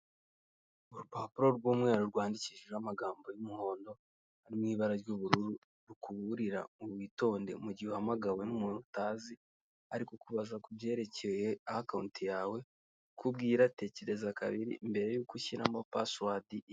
Urupapuro rw'umweru rwandikishijeho amagambo y'umuhondo mu ibara ry'ubururu rukuburira ngo witonde mugihe uhamagawe n'umuntu utazi, ari kukubaza kubyerekeye akawunti yawe uko bwira tekereza kabiri mbere yuko ushyiramo pasuwadi.